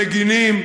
המגינים,